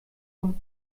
von